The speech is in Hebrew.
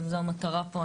גם זו המטרה פה,